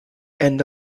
and